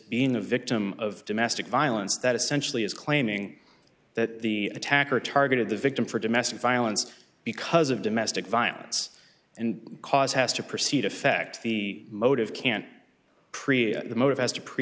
being a victim of domestic violence that essentially is claiming that the attacker targeted the victim for domestic violence because of domestic violence and cause has to proceed affect the motive can create the motive as to pre